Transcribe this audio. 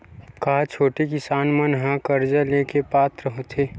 का छोटे किसान मन हा कर्जा ले के पात्र होथे?